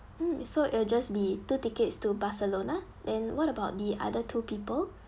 mm so it'll just be two tickets to barcelona then what about the other two people